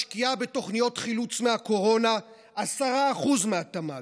משקיעה בתוכניות חילוץ מהקורונה 10% מהתמ"ג,